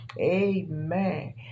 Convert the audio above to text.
amen